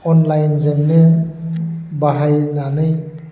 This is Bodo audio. अनलाइनजोंनो बाहायनानै